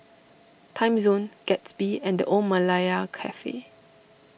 Timezone Gatsby and the Old Malaya Cafe